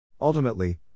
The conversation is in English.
Ultimately